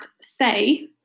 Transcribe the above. say